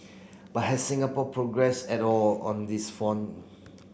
but has Singapore progress at all on these front